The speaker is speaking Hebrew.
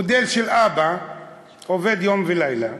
מודל ראשון, של אבא, עובד יום ולילה.